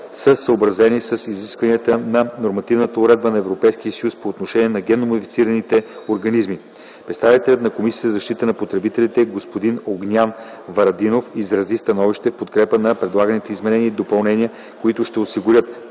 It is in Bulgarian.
са съобразени с изискванията на нормативната уредба на Европейския съюз по отношение на генномодифицираните организми. Представителят на Комисията за защита на потребителите господин Огнян Варадинов изрази становище в подкрепа на предлаганите изменения и допълнения, които ще осигурят